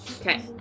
Okay